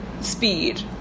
speed